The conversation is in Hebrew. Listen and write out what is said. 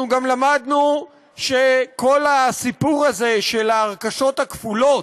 אנחנו גם למדנו שכל הסיפור הזה של ההרכשות הכפולות,